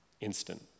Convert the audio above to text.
Instant